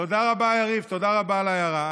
תודה רבה, יריב, תודה רבה על ההערה.